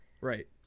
right